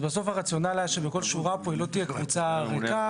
אז בסוף הרציונל היה שבכל שורה פה היא לא תהיה קבוצה ריקה.